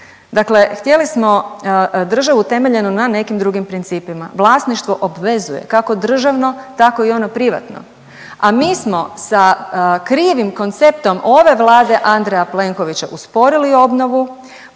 Dakle htjeli smo državu temeljenu na nekim drugim principima. Vlasništvo obvezuje, kako državno, tako i ono privatno. A mi smo sa krivim konceptom ove Vlade Andreja Plenkovića usporili obnovu,